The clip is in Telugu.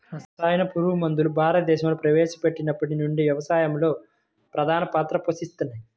రసాయన పురుగుమందులు భారతదేశంలో ప్రవేశపెట్టినప్పటి నుండి వ్యవసాయంలో ప్రధాన పాత్ర పోషిస్తున్నాయి